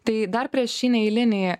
tai dar prieš šį neeilinį